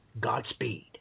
Godspeed